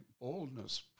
Boldness